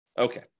Okay